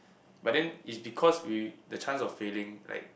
but then it's because we the chance of failing like